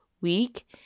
week